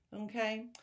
okay